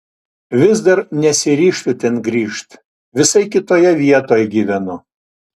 vis dar nesiryžtu ten grįžt visai kitoje vietoj gyvenu